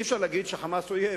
אי-אפשר להגיד ש"חמאס" אויב.